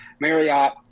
Marriott